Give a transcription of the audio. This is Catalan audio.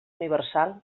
universal